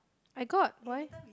I got why